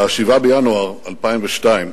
ב-7 בינואר 2002,